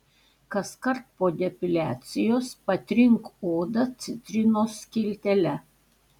kaskart po depiliacijos patrink odą citrinos skiltele